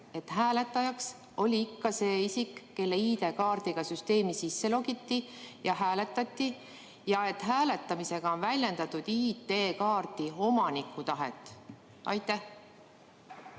et hääletajaks oli ikka see isik, kelle ID‑kaardiga süsteemi sisse logiti ja hääletati ning et hääletamisega on väljendatud ID‑kaardi omaniku tahet? Andres